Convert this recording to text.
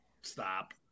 Stop